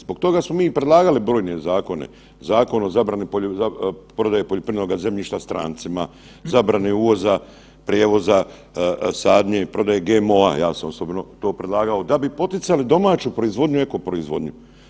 Zbog toga smo mi i predlagali brojne zakone, Zakon o zabrani prodaje poljoprivrednoga zemljišta stancima, zabrane uvoza, prijevoza, sadnje i prodaje GMO-a, ja sam osobno to predlagao, da bi poticali domaću proizvodnju i eko proizvodnju.